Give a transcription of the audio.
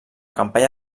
campanya